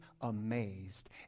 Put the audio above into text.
amazed